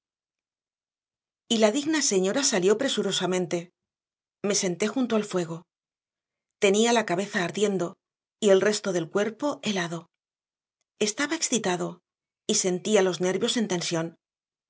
la digna señora salió presurosamente me senté junto al fuego tenía la cabeza ardiendo y el resto del cuerpo helado estaba excitado y sentía los nervios en tensión